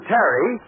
Terry